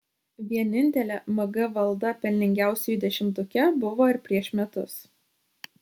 vienintelė mg valda pelningiausiųjų dešimtuke buvo ir prieš metus